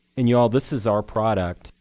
and y'all, this is our product.